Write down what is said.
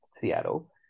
Seattle